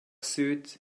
suit